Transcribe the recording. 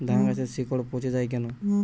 ধানগাছের শিকড় পচে য়ায় কেন?